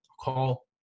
call